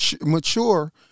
mature